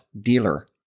dealer